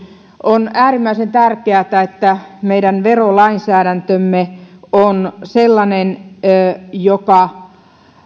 on äärimmäisen tärkeätä että meidän verolainsäädäntömme on sellainen että se